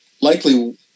likely